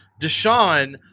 Deshaun